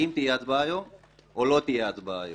האם תהיה הצבעה היום או לא תהיה הצבעה היום?